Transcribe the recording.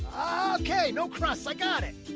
ah, okay. no cross. i got it.